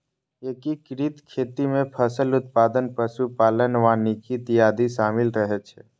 एकीकृत खेती मे फसल उत्पादन, पशु पालन, वानिकी इत्यादि शामिल रहै छै